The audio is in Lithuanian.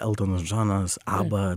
eltonas džonas aba